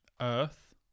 Earth